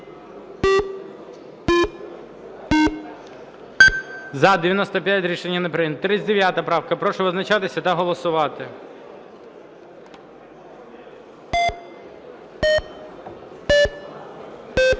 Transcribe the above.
За-95 Рішення не прийнято. 39 правка. Прошу визначатися та голосувати. 12:44:45